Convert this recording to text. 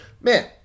Man